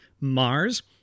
mars